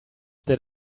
that